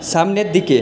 সামনের দিকে